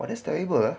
but that's terrible ah